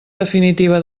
definitiva